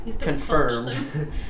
confirmed